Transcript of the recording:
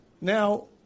Now